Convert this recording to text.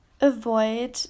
avoid